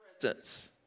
presence